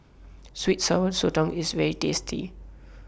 Sweet and Sour Sotong IS very tasty